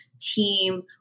team